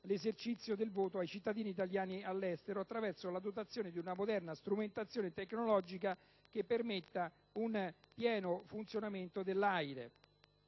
l'esercizio del voto ai cittadini italiani residenti all'estero, attraverso la dotazione di una moderna strumentazione tecnologica che permetta un pieno funzionamento dell'AIRE.